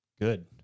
good